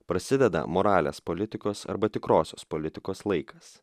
prasideda moralės politikos arba tikrosios politikos laikas